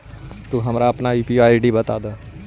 तू हमारा अपन यू.पी.आई आई.डी बता दअ